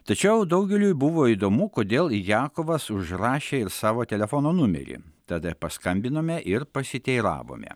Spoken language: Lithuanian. tačiau daugeliui buvo įdomu kodėl jakovas užrašė ir savo telefono numerį tada paskambinome ir pasiteiravome